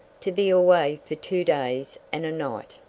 to be away for two days and a night!